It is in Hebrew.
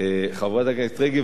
חברת הכנסת רגב,